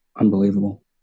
unbelievable